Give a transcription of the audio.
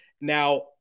Now